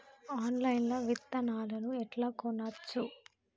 Online లా విత్తనాలను ఎట్లా కొనచ్చు?